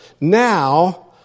now